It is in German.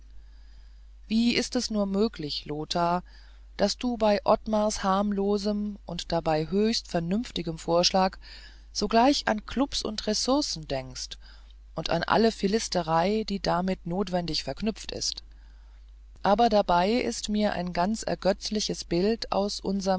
wie ist es nur möglich lothar daß du bei ottmars harmlosem und dabei höchst vernünftigem vorschlag sogleich an klubs und ressourcen denkst und an alle philisterei die damit notwendig verknüpft ist aber dabei ist mir ein gar ergötzliches bild aus